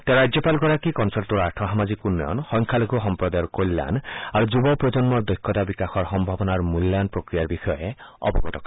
তেওঁ ৰাজ্যপালগৰাকীক অঞ্চলটোৰ আৰ্থ সামাজিক উন্নয়ন সংখ্যালঘু সম্প্ৰদায়ৰ কল্যাণ আৰু যুৱ প্ৰজন্মৰ দক্ষতা বিকাশৰ সম্ভাৱনা মূল্যায়ন প্ৰক্ৰিয়াৰ বিষয়ে অৱগত কৰে